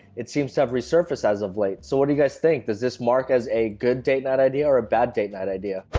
it seems to have resurfaced as of late. so, what do you guys think? does this mark as a good date night idea or a bad date night idea?